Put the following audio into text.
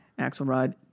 Axelrod